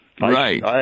Right